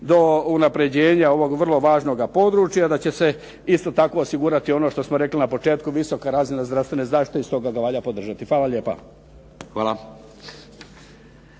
do unapređenja ovog vrlo važnoga područja, da će se isto tako osigurati ono što smo rekli na početku visoka razina zdravstvene zaštite i stoga ga valja podržati. Hvala lijepa.